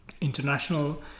international